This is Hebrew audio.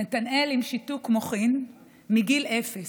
נתנאל עם שיתוק מוחין מגיל אפס.